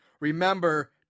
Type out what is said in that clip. Remember